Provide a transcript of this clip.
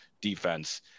defense